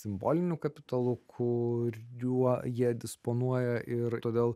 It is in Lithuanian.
simboliniu kapitalu kuriuo jie disponuoja ir todėl